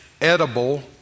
edible